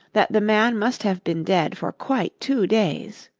that the man must have been dead for quite two days.